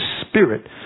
spirit